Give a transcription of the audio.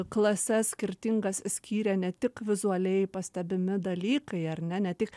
klases skirtingas skyrė ne tik vizualiai pastebimi dalykai ar ne ne tik